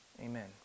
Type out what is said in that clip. Amen